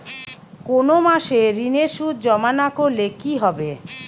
কোনো মাসে ঋণের সুদ জমা না করলে কি হবে?